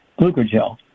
glucogel